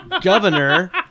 governor